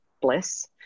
bliss